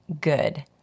Good